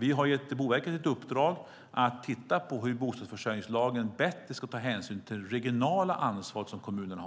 Vi har gett Boverket ett uppdrag att titta på hur bostadsförsörjningslagen bättre ska ta hänsyn till kommunernas regionala ansvar. Vi ser att kommuner